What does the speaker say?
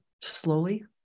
slowly